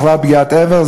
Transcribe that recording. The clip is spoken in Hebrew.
בכלל פגיעת אבר,